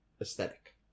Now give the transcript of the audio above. aesthetic